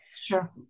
Sure